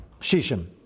shishim